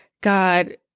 God